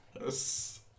Yes